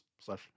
slash